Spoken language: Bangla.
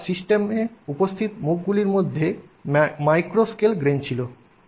একবার সিস্টেমে উপস্থিত মুখগুলির মধ্যে মাইক্রো স্কেল গ্রেন ছিল